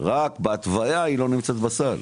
רק בהתוויה היא לא נמצאת בסל,